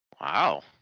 Wow